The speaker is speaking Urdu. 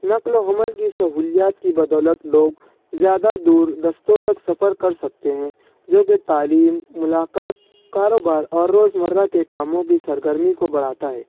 نقل و حمل کی سہولیات کی بدولت لوگ زیادہ دور دستوں تک سفر کر سکتے ہیں جوکہ تعلیم ملاقات کاروبار اور روز مرہ کے کاموں کی سرگرمی کو بڑھاتا ہے